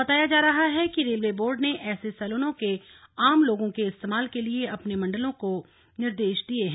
बताया जा रहा है कि रेलवे बोर्ड ने ऐसे सैलूनों के आम लोगों के इस्तेमाल के लिए अपने मंडलों को निर्देश दिए हैं